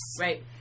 Right